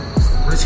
Rich